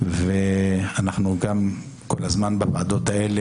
ואנחנו גם כל הזמן בוועדות פוגשים